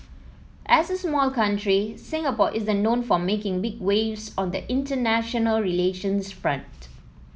as a small country Singapore isn't known for making big waves on the international relations front